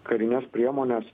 karines priemones